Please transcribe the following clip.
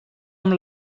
amb